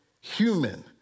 human